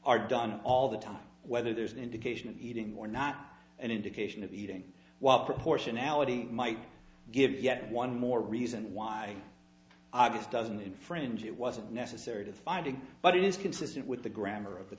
are done all the time whether there's an indication of eating or not an indication of eating while proportionality might give yet one more reason why obvious doesn't infringe it wasn't necessary to find it but it is consistent with the grammar of the